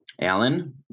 Alan